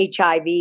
HIV